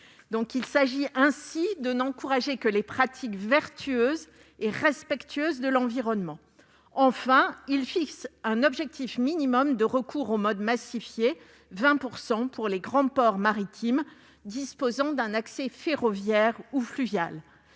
Il s'agit ainsi de n'encourager que les pratiques vertueuses et respectueuses de l'environnement. Enfin, nous proposons de fixer un objectif minimum de recours aux modes massifiés- d'au moins 20 % -pour les grands ports maritimes disposant d'un accès ferroviaire ou fluvial.